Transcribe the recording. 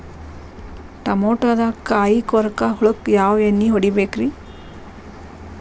ಟಮಾಟೊದಾಗ ಕಾಯಿಕೊರಕ ಹುಳಕ್ಕ ಯಾವ ಎಣ್ಣಿ ಹೊಡಿಬೇಕ್ರೇ?